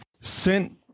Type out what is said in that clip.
sent